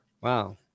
Wow